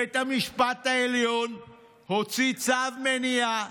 בית המשפט העליון הוציא צו מניעה